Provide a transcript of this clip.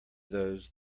those